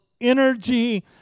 energy